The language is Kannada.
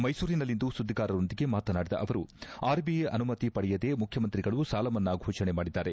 ಮೈಸೂರಿನಲ್ಲಿಂದು ಸುದ್ದಿಗಾರರೊಂದಿಗೆ ಮಾತನಾಡಿದ ಅವರು ಆರ್ಬಿಐ ಅನುಮತಿ ಪಡೆಯದೇ ಮುಖ್ಯಮಂತ್ರಿಗಳು ಸಾಲಮನ್ನಾ ಫೋಷಣೆ ಮಾಡಿದ್ದಾರೆ